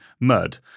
mud